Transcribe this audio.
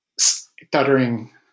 stuttering